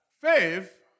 faith